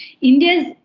India's